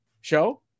show